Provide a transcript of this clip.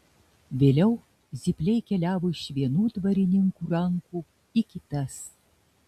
vėliau zypliai keliavo iš vienų dvarininkų rankų į kitas